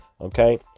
Okay